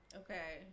okay